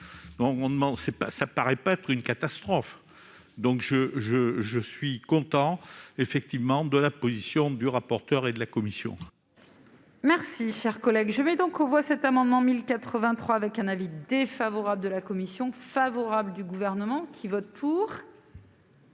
pas ça me paraît pas être une catastrophe donc je, je, je suis content, effectivement, de la position du rapporteur et de la Commission. Merci, chers collègues, je vais donc on voit cet amendement 1083 avec un avis défavorable de la commission favorable du gouvernement qui vote. Qui